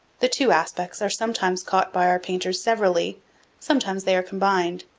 the two aspects are sometimes caught by our painters severally sometimes they are combined.